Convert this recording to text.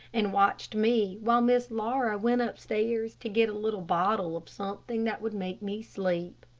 and watched me while miss laura went upstairs to get a little bottle of something that would make me sleep.